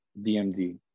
dmd